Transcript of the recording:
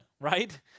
right